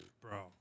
Bro